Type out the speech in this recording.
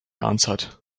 answered